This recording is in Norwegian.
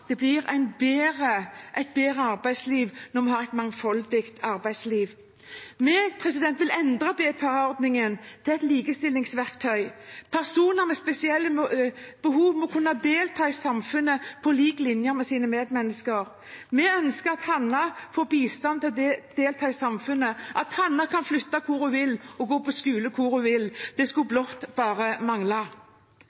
Det blir et bedre arbeidsliv når vi har et mangfoldig arbeidsliv. Vi vil endre BPA-ordningen til et likestillingsverktøy. Personer med spesielle behov må kunne delta i samfunnet på lik linje med sine medmennesker. Vi ønsker at Hannah får bistand til å delta i samfunnet, og at Hannah kan flytte hvor hun vil og gå på skole hvor hun vil. Det skulle